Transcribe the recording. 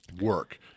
work